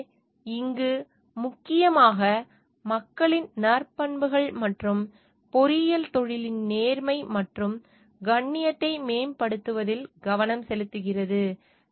எனவே இங்கு முக்கியமாக மக்களின் நற்பண்புகள் மற்றும் பொறியியல் தொழிலின் நேர்மை மற்றும் கண்ணியத்தை மேம்படுத்துவதில் கவனம் செலுத்துகிறது